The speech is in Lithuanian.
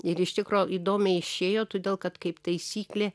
ir iš tikro įdomiai išėjo todėl kad kaip taisyklė